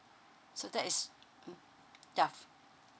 so that is mm ya